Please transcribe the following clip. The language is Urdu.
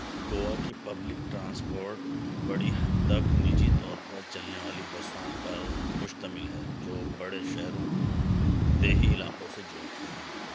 گوا کی پبلک ٹرانسپورٹ بڑی حد تک نجی طور پر چلنے والی بسوں پر مشتمل ہے جو بڑے شہروں کو دیہی علاقوں سے جوڑتی ہیں